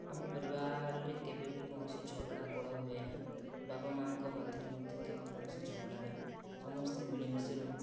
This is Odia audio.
ଆମ ପରିବାରରେ କେବେବି କୌଣସି ଝଗଡ଼ା ଗୋଳ ହୁଏ ନାହିଁ ବାବା ମାଆଙ୍କ ମଧ୍ୟରେ ମଧ୍ୟ କେବେ କୌଣସି ଝଗଡ଼ା ନାଇଁ ସମସ୍ତେ ମିଳିମିଶି ରହୁ